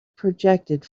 projected